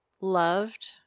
loved